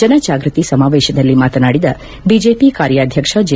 ಜನಜಾಗೃತಿ ಸಮಾವೇಶದಲ್ಲಿ ಮಾತನಾಡಿದ ಬಿಜೆಪಿ ಕಾರ್ಯಾಧ್ಯಕ್ಷ ಜೆ